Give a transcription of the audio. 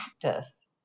practice